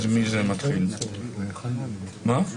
אני מזמין את